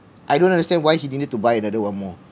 I don't understand why he needed to buy another one more